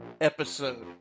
episode